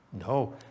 No